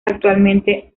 actualmente